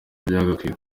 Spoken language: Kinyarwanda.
byagakwiye